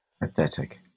Pathetic